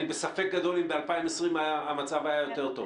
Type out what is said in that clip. אני בספק גדול אם ב-2020 המצב היה יותר טוב.